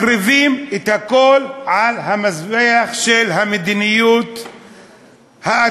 מקריבים את הכול על המזבח של המדיניות האטומה,